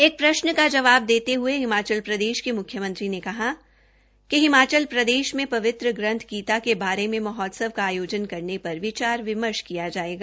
एक प्रशन का जवाब देते हये हिमाचल प्रदेश के मुख्यमंत्री ने कहा कि हिमाचल प्रदेश में पवित्र ग्रंथ गीता के बारे में महोत्सव का आयोजन करने पर विचार विमर्श किया जायेगा